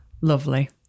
lovely